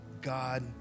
God